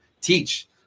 teach